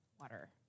water